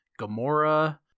Gamora